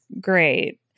Great